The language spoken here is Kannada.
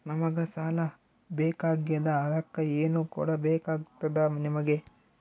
ನಮಗ ಸಾಲ ಬೇಕಾಗ್ಯದ ಅದಕ್ಕ ಏನು ಕೊಡಬೇಕಾಗ್ತದ ನಿಮಗೆ?